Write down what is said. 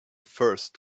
first